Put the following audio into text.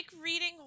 reading